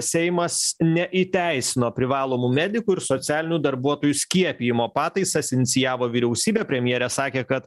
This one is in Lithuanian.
seimas neįteisino privalomų medikų ir socialinių darbuotojų skiepijimo pataisas inicijavo vyriausybė premjerė sakė kad